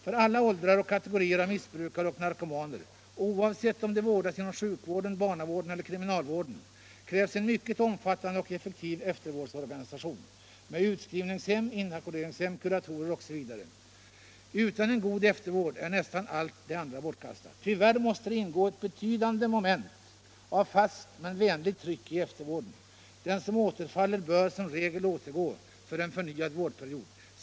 För alla åldrar och kategorier av missbrukare och narkomaner, oavsett om de vårdas inom sjukvården, barnavården eller kriminalvården, krävs en mycket omfattande och effektiv eftervårdsorganisation med utskrivningshem, inackorderingshem, kuratorer etc. Utan en god eftervård är nästan allt det andra bortkastat. Tyvärr måste det ingå ett betydande moment av fast men vänligt tryck i eftervården. Den som återfaller bör som regel återgå för en förnyad vårdperiod.